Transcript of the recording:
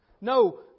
No